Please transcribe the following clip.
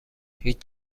هیچ